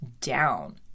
down